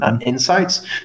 insights